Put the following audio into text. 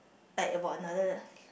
like about another